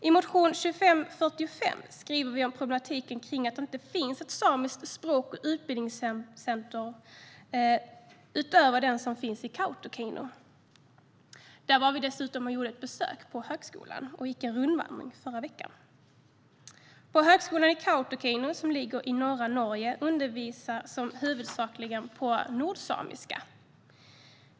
I motion 2545 skriver vi om problematiken kring att det inte finns ett samiskt språk och utbildningscenter utöver det som finns i Kautokeino. Där vi dessutom i förra veckan var på ett besök på högskolan och gick en rundvandring. På högskolan i Kautokeino, som ligger i norra Norge, undervisar man huvudsakligen på nordsamiska.